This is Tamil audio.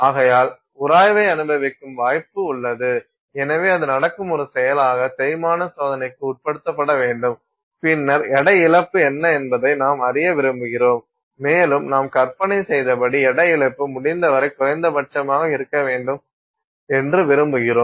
ஆகையால் உராய்வை அனுபவிக்கும் வாய்ப்பு உள்ளது எனவே அது நடக்கும் ஒரு செயலாக தேய்மான சோதனைக்கு உட்படுத்தப்பட வேண்டும் பின்னர் எடை இழப்பு என்ன என்பதை நாம் அறிய விரும்புகிறோம் மேலும் நாம் கற்பனை செய்தபடி எடை இழப்பு முடிந்தவரை குறைந்தபட்சமாக இருக்க வேண்டும் என்று விரும்புகிறோம்